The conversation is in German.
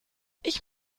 ich